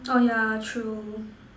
orh yeah true